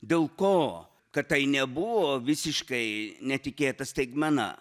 dėl ko kad tai nebuvo visiškai netikėta staigmena